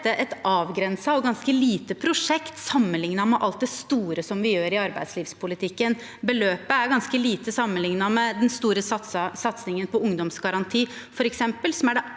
dette et avgrenset og ganske lite prosjekt sammenlignet med alt det store vi gjør i arbeidslivspolitikken. Beløpet er ganske lite sammenlignet med f.eks. den store satsingen på ungdomsgaranti,